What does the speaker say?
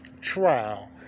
trial